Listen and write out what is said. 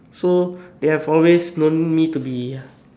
so they have always known me to be